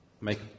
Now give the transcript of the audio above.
Make